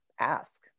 ask